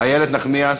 איילת נחמיאס,